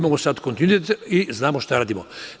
Sada imao kontinuitet i znamo šta radimo.